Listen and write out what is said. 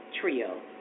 Trio